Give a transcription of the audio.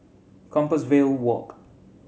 Compassvale Walk